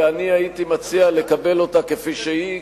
ואני הייתי מציע לקבל אותה כפי שהיא,